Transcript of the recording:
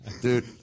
Dude